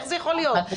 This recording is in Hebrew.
איך זה יכול להיות,